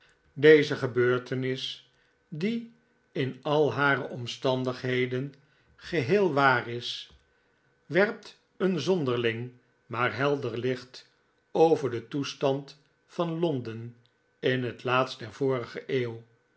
deze gebeurtenis die in al hare omstandigheden geheel waar is werpt een zonderling maar helder licht over den toestand van l on den in net laatst der vorige eeuw